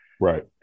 Right